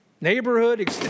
neighborhood